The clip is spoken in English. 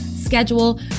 schedule